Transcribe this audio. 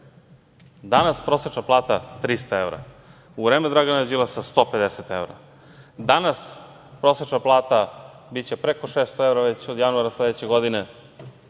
Danas je prosečna plata 300 evra. U vreme Dragana Đilasa je bila 150 evra. Danas prosečna plata biće preko 600 evra, već od januara sledeće godine,